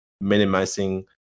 minimizing